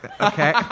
Okay